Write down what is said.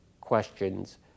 questions